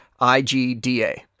IGDA